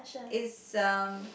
it's um